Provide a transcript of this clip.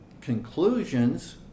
conclusions